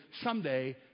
someday